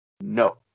No